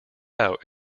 out